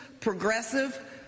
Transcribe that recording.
progressive